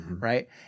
right